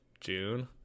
June